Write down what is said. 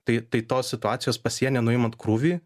tai tai tos situacijos pasienyje nuimant krūvį